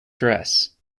dress